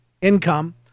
income